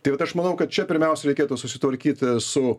tai vat aš manau kad čia pirmiausia reikėtų susitvarkyti su